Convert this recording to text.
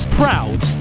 proud